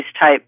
type